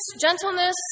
gentleness